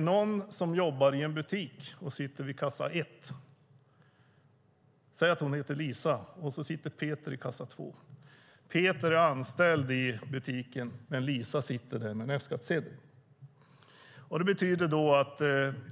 Någon jobbar i en butik och sitter i kassa 1, säg att hon heter Lisa, och Peter sitter i kassa 2. Peter är anställd i butiken, men Lisa sitter där med en F-skattsedel. Det betyder att